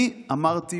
אני אמרתי,